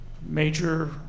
Major